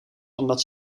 omdat